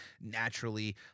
naturally